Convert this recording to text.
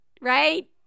Right